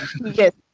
yes